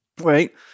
Right